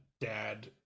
dad